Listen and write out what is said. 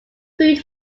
food